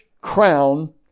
crown